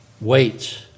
wait